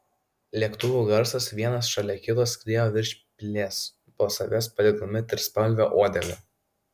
lėktuvų garsas vienas šalia kito skriejo virš pilies po savęs palikdami trispalvę uodegą